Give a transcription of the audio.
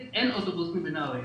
לאגד אין אוטובוסים בנהריה.